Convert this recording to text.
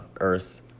Earth